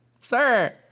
sir